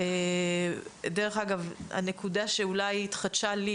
דרך אגב, הנקודה שאולי התחדשה לי